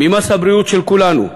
ממס הבריאות של כולנו.